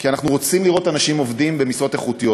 כי אנחנו רוצים לראות אנשים עובדים במשרות איכות.